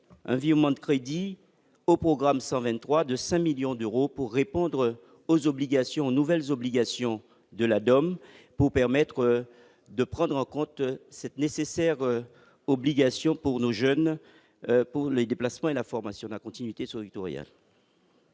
138 vivement de crédit au programme 123 de 5 millions d'euros pour répondre aux obligations nouvelles obligations de la Dome pour permettre de prendre en compte cette nécessaire obligation pour nos jeunes pour les déplacements et la formation, la continuité sur Victoria.